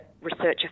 researcher